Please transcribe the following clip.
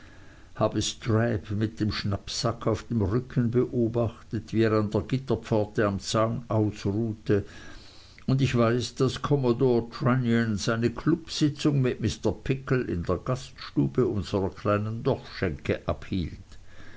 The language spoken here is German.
habe strab mit dem schnappsack auf dem rücken beobachtet wie er an der gitterpforte am zaun ausruhte und ich weiß daß commodore trunnion seine klubsitzung mit mr pickle in der gaststube unserer kleinen dorfschenke abhielt